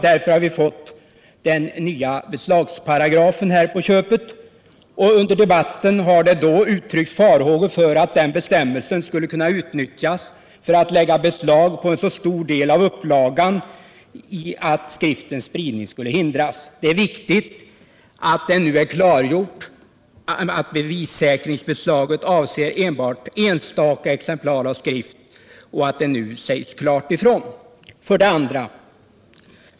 Därför har vi fått den nya beslagsparagrafen på köpet. Under debatten har det ut tryckts farhågor för att den bestämmelsen skulle kunna utnyttjas för att lägga beslag på en så stor del av upplagan att skriftens spridning skulle hindras. Det är viktigt att det nu är klargjort att bevissäkringsbeslaget avser endast enstaka exemplar av skrift. 2.